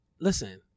listen